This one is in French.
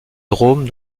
drôme